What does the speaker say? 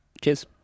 cheers